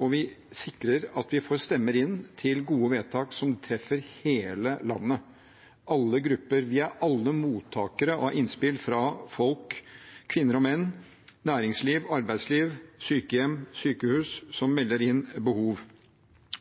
og vi sikrer at vi får stemmer inn til gode vedtak som treffer hele landet, alle grupper. Vi er alle mottakere av innspill fra folk – kvinner og menn, næringsliv og arbeidsliv, sykehjem og sykehus – som melder inn behov.